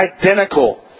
identical